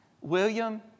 William